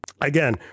Again